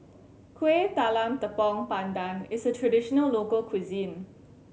Kueh Talam Tepong Pandan is a traditional local cuisine